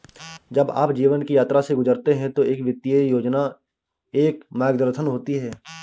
जब आप जीवन की यात्रा से गुजरते हैं तो एक वित्तीय योजना एक मार्गदर्शन होती है